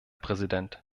präsident